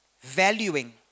valuing